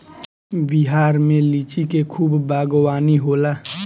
बिहार में लिची के खूब बागवानी होला